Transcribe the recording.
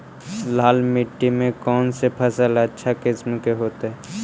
लाल मिट्टी में कौन से फसल अच्छा किस्म के होतै?